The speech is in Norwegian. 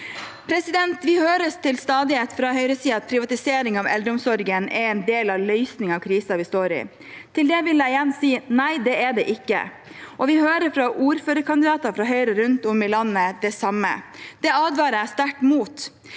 rammer. Vi hører til stadighet fra høyresiden at privatisering av eldreomsorgen er en del av løsningen av krisen vi står i. Til det vil jeg igjen si: Nei, det er det ikke. Vi hører det samme fra ordførerkandidater fra Høyre rundt om i landet. Det advarer jeg sterkt mot.